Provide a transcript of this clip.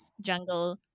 jungle